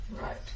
Right